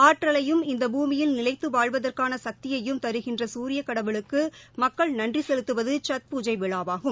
ஆற்றலையும் இந்த பூமியில் நிலைத்து வாழ்வதற்கான சக்தியையும் தருகின்ற சூரிய கடவுளுக்கு மக்கள் நன்றி செலுத்துவது சத் பூஜை விழாவாகும்